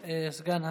השכונתית,